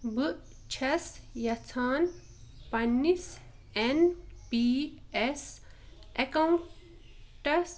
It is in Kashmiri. بہٕ چھیٚس یژھان پَننِس ایٚن پی ایٚس ایٚکاونٛٹَس